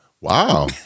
Wow